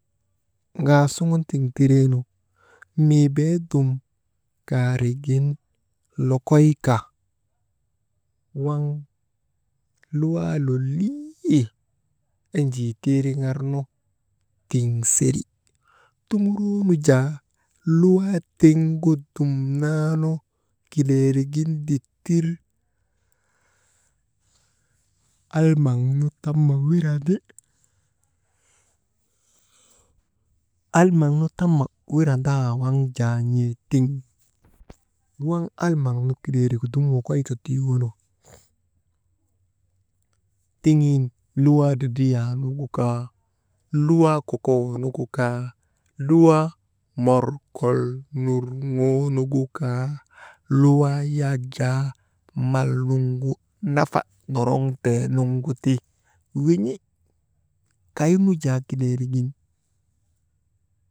Ŋaasuŋun tiŋ tireenu mii beedum, kaarigin lokoyka waŋ luwaa lolii enjii tiiriŋarnu, tiŋseri, tuŋuroonu jaa luwaa tiŋgu dumnaanu, kilerrigin dittir almaŋnu tamma wirandi, almaŋnu tamma wirandaa waŋ jaa n̰ee tiŋ, waŋ almaŋnu kileerigu dum wokoyka tuyoo nu, tiŋin luwaa dridriyaa nuŋu kaa, luwaa kooky nugu kaa, luwaa morkol nurŋoonugu kaa, luwaa yak jaa mal nuŋgu nafa norŋ tee nuŋgu ti win̰i, kaynu jaa kileerigin.